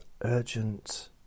urgent